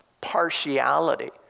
partiality